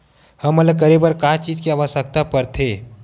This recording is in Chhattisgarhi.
हमन ला करे बर का चीज के आवश्कता परथे?